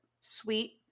sweet